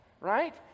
right